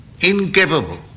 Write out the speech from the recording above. Incapable